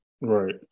Right